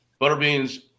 Butterbean's